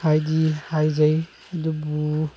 ꯍꯥꯏꯗꯤ ꯍꯥꯏꯖꯩ ꯑꯗꯨꯕꯨ